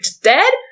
dead